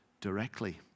directly